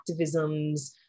activisms